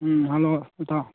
ꯎꯝ hello ꯏꯇꯥꯎ